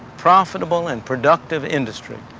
profitable and productive industry,